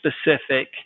specific –